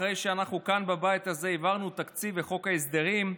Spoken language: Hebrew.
אחרי שאנחנו כאן בבית הזה העברנו תקציב וחוק ההסדרים,